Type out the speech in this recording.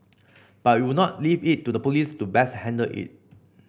but we would now leave it to the police to best handle it